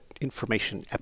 information